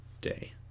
day